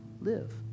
live